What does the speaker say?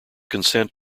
consent